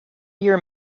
year